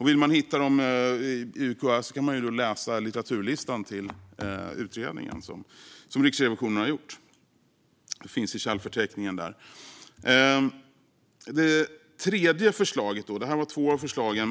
Vill man hitta dem kan man läsa i litteraturlistan i den utredning som Riksrevisionen har gjort. Det finns i källförteckningen där. Det här var två av förslagen.